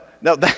no